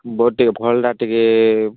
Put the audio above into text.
boot ଟିକେ ଭଲ୍ଟା ଟିକେ